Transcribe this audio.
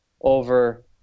over